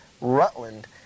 Rutland